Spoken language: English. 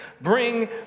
Bring